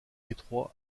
étroits